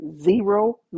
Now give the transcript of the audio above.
zero